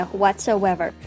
whatsoever